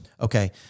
Okay